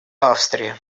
австрии